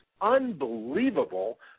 unbelievable